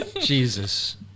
Jesus